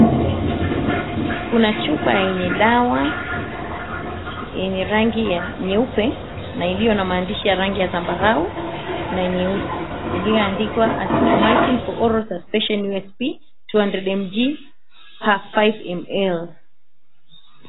Kuna chupa yenye dawa yenye rangi ya nyeupe na iliyo na maandishi ya rangi ya zambarau na nyeusi iliyoandikwa Azithromycin for oral suspension usp 200 mg per 5ml.